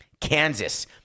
kansas